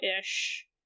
ish